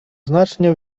znacznie